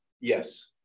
Yes